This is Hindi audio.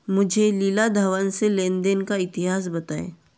मुझे लीला धवन से लेन देन का इतिहास बताएँ